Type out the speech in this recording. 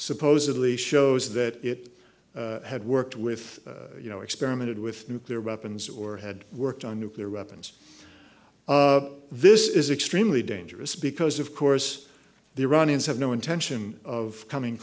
supposedly shows that it had worked with you know experimented with nuclear weapons or had worked on nuclear weapons of this is extremely dangerous because of course the iranians have no intention of coming